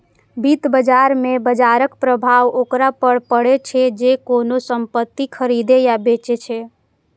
वित्त बाजार मे बाजरक प्रभाव ओकरा पर पड़ै छै, जे कोनो संपत्ति खरीदै या बेचै छै